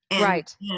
Right